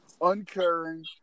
uncaring